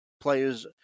players –